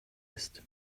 ist